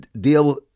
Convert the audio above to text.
deal